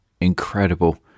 Incredible